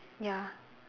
ya